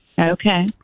okay